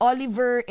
Oliver